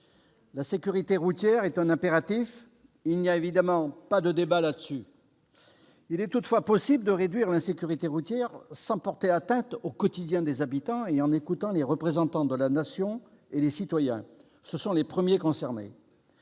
La sécurité routière est un impératif, il n'y a pas de débat là-dessus. Il est toutefois possible de réduire l'insécurité routière sans porter atteinte au quotidien des habitants et en écoutant les représentants de la Nation et les citoyens, qui sont les premiers concernés